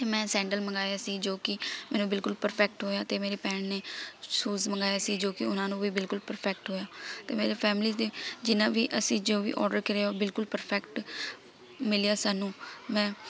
ਮੈਂ ਸੈਡਲ ਮੰਗਾਏ ਸੀ ਜੋ ਕਿ ਮੈਨੂੰ ਬਿਲਕੁਲ ਪ੍ਰਫੈਕਟ ਹੋਇਆ ਅਤੇ ਮੇਰੀ ਭੈਣ ਨੇ ਸੂਜ਼ ਮੰਗਵਾਏ ਸੀ ਜੋ ਕਿ ਉਹਨਾਂ ਨੂੰ ਵੀ ਬਿਲਕੁਲ ਪ੍ਰਫੈਕਟ ਹੋਇਆ ਅਤੇ ਮੇਰੀ ਫੈਮਿਲੀਜ਼ ਦੇ ਜਿੰਨਾ ਵੀ ਅਸੀਂ ਜੋ ਵੀ ਔਡਰ ਕਰਿਆ ਉਹ ਬਿਲਕੁਲ ਪ੍ਰਫੈਕਟ ਮਿਲਿਆ ਸਾਨੂੰ ਮੈਂ